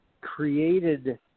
created